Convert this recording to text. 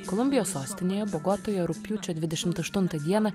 kolumbijos sostinėje bogotoje rugpjūčio dvidešimt aštuntą dieną